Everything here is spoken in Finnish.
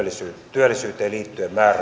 työllisyyteen liittyen määrärahoja